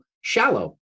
shallow